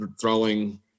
throwing